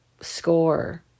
score